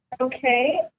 Okay